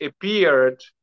appeared